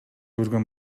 көргөн